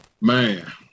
man